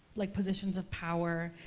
like, positions of power,